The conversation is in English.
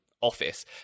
office